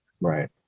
Right